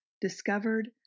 discovered